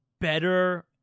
better